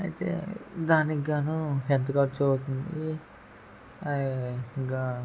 అయితే దానికి గాను ఎంత ఖర్చు అవుతుంది గా